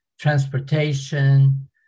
transportation